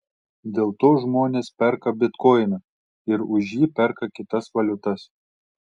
dėl to žmonės perka bitkoiną ir už jį perka kitas valiutas